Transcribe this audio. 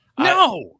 No